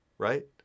Right